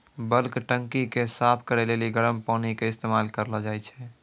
bulk टंकी के साफ करै लेली गरम पानी के इस्तेमाल करलो जाय छै